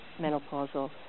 menopausal